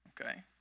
Okay